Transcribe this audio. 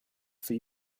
for